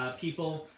people,